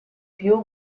più